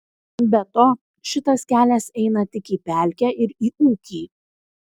be to šitas kelias eina tik į pelkę ir į ūkį